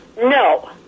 No